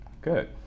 Good